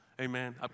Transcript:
Amen